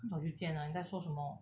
他早就建了啊你在说什么